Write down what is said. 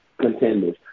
contenders